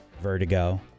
Vertigo